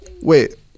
wait